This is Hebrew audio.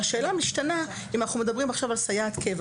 השאלה משתנה אם אנחנו מדברים עכשיו על סייעת קבע